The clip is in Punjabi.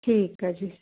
ਠੀਕ ਆ ਜੀ